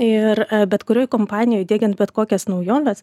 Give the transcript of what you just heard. ir bet kurioj kompanijoj diegiant bet kokias naujoves